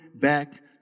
back